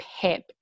PEP